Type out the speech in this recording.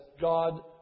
God